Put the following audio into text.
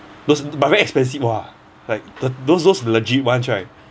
those but very expensive !wah! like the those those legit ones right